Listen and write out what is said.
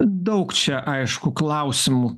daug čia aišku klausimų